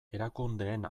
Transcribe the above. erakundeen